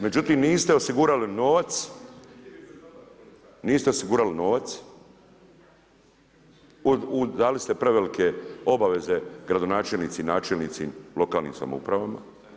Međutim, niste osigurali novac, niste osigurali novac, dali ste prevelike obaveze gradonačelnici i načelnici lokalnim samoupravama.